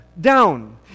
down